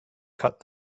cut